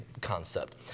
concept